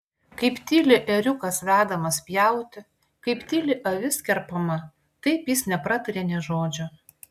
kaip tyli ėriukas vedamas pjauti kaip tyli avis kerpama taip jis nepratarė nė žodžio